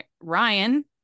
ryan